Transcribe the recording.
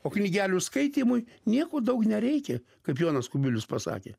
o knygelių skaitymui nieko daug nereikia kaip jonas kubilius pasakė